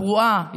פרועה,